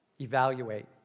Evaluate